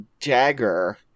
dagger